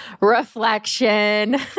reflection